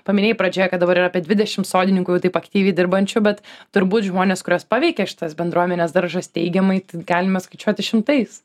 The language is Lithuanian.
paminėjai pradžioje kad dabar yra apie dvidešim sodininkų jau taip aktyviai dirbančių bet turbūt žmones kuriuos paveikia šitas bendruomenės daržas teigiamai tai galime skaičiuoti šimtais